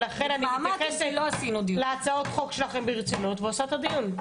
ולכן אני מתייחסת להצעות החוק שלכן ברצינות ואני עושה את הדיון.